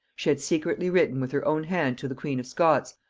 she had secretly written with her own hand to the queen of scots,